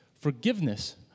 forgiveness